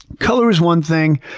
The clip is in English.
color is one thing.